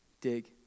Dig